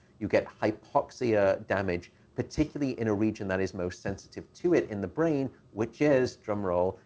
you get hypoxia damage particularly in a region that is most sensitive to it in the brain, which is, drumroll,